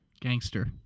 gangster